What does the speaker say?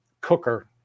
cooker